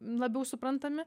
labiau suprantami